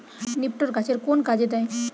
নিপটর গাছের কোন কাজে দেয়?